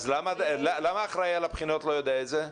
אז למה האחראי על הבחינות לא יודע את זה?